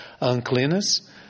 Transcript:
uncleanness